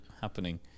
happening